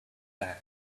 bag